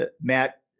Matt